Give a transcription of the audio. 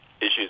issues